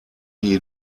die